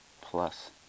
plus